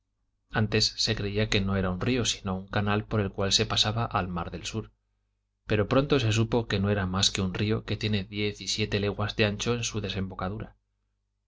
antes se creía que no era un río sino un canal por el cual se pasaba al mar del sur pero pronto se supo que no era mas que un río que tiene diez y siete leguas de ancho en su desembocadura